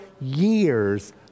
years